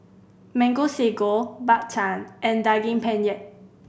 Mango Sago Bak Chang and Daging Penyet